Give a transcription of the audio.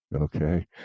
Okay